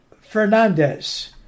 Fernandez